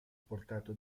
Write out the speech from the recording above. portato